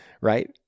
right